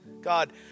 God